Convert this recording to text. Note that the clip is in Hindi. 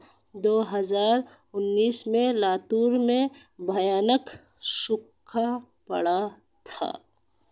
दो हज़ार उन्नीस में लातूर में भयानक सूखा पड़ा था